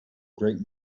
great